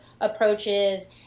approaches